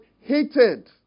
hated